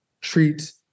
treat